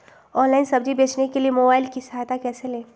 Online सब्जी बेचने के लिए मोबाईल की सहायता कैसे ले?